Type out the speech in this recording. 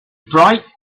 bright